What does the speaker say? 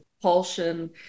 propulsion